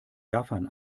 gaffern